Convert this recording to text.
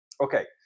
okay